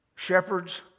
Shepherds